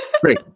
great